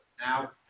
Now